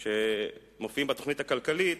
מספר שמופיעים בתוכנית הכלכלית